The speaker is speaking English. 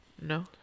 No